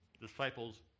disciples